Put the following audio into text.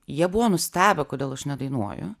jie buvo nustebę kodėl aš nedainuoju